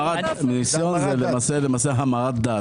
מיסיון זה למעשה המרת דת.